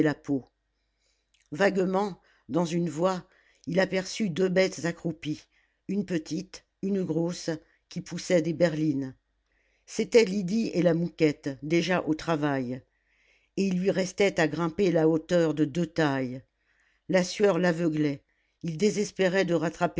vaguement dans une voie il aperçut deux bêtes accroupies une petite une grosse qui poussaient des berlines c'étaient lydie et la mouquette déjà au travail et il lui restait à grimper la hauteur de deux tailles la sueur l'aveuglait il désespérait de rattraper